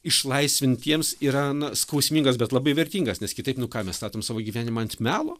išlaisvintiems yra na skausmingas bet labai vertingas nes kitaip nu ką mes statom savo gyvenimą ant melo